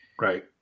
Right